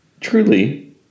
truly